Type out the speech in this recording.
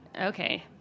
Okay